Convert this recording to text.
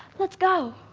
let's go.